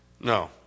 No